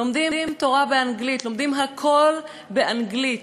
לומדים תורה באנגלית, לומדים הכול באנגלית.